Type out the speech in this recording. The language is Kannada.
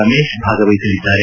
ರಮೇಶ್ ಭಾಗವಹಿಸಲಿದ್ದಾರೆ